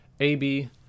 AB